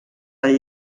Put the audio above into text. del